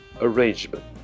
arrangement